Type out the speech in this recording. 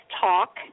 talk